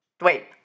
wait